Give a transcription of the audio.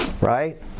right